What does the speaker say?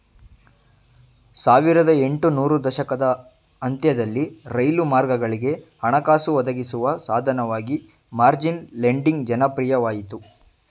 ಸಾವಿರದ ಎಂಟು ನೂರು ದಶಕದ ಅಂತ್ಯದಲ್ಲಿ ರೈಲು ಮಾರ್ಗಗಳಿಗೆ ಹಣಕಾಸು ಒದಗಿಸುವ ಸಾಧನವಾಗಿ ಮಾರ್ಜಿನ್ ಲೆಂಡಿಂಗ್ ಜನಪ್ರಿಯವಾಯಿತು